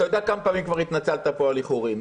אתה יודע כמה פעמים כבר התנצלת פה על איחורים,